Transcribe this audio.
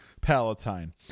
palatine